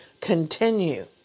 continue